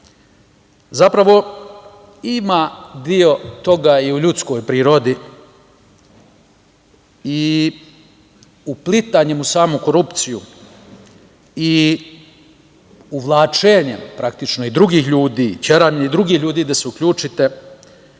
Zapravo, ima deo toga i u ljudskoj prirodi i uplitanjem u samu korupciju i uvlačenjem i drugih ljudi, teranjem drugih ljudi da se uključite